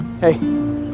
Hey